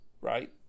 Right